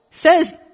says